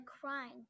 crying